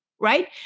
right